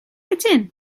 ydyn